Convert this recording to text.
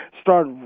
start